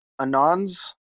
Anons